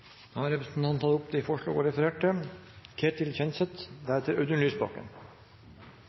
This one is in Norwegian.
da tatt opp de forslagene hun refererte